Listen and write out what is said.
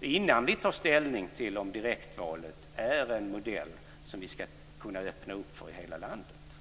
innan vi tar ställning till om direktvalet är en modell som vi ska kunna öppna upp för i hela landet.